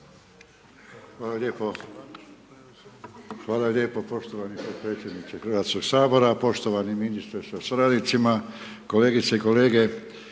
Hvala lijepo poštovani potpredsjedniče Hrvatskoga sabora. Poštovani ministre sa suradnicima, kolegice i kolege.